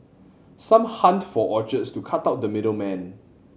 some hunt for orchards to cut out the middle man